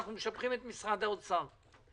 אנחנו משבחים את משרד האוצר,